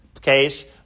case